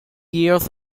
years